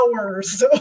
hours